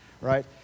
right